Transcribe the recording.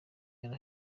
yari